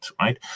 right